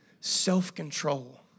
Self-control